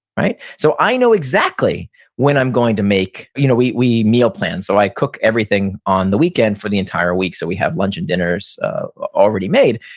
so i know exactly when i'm going to make, you know we we meal plan, so i cook everything on the weekend for the entire week so we have lunch and dinners already made.